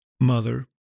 mother